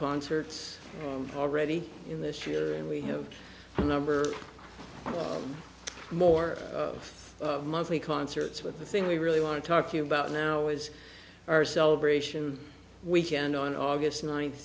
concerts already in this year and we have a number more monthly concerts with the thing we really want to talk to you about now is our celebration weekend on august ninth